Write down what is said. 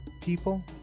people